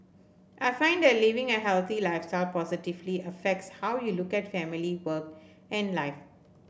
I find that living a healthy lifestyle positively affects how you look at family work and life